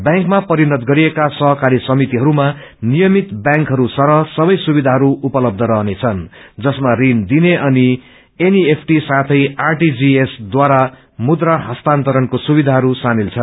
ब्यांकमा परिणत गरिएका सहकारी समितिहरूमा नियमित ब्यांकहरू सरह सबै सुविधाहरू उपलब्ध रहनेछ जसमा ऋण दिने अनि एनईएफटी साथै आरटीजीएस द्वारा मुद्रा हस्तान्तरणको सुविधाहरू सामेल छन्